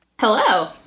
Hello